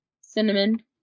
cinnamon